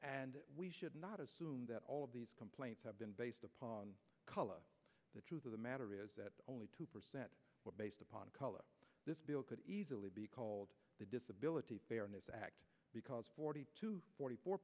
and we should not assume that all of these complaints have been based upon color the truth of the matter is that only two percent were based upon color this bill could easily be called the disability fairness act because forty to forty four